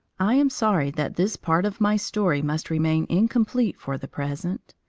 i am sorry that this part of my story must remain incomplete for the present.